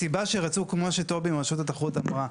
הסיבה שרצו, כמו שטובי מרשות התחרות אמרה.